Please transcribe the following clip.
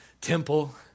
temple